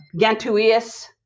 Gantuius